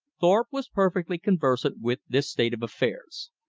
thorpe was perfectly conversant with this state of affairs.